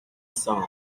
sens